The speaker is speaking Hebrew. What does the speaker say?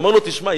אומר לו: תשמע,